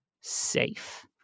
safe